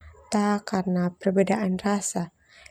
Ta karna perbedaan rasa.